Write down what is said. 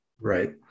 Right